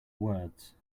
words